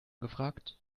gefragt